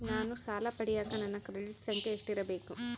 ನಾನು ಸಾಲ ಪಡಿಯಕ ನನ್ನ ಕ್ರೆಡಿಟ್ ಸಂಖ್ಯೆ ಎಷ್ಟಿರಬೇಕು?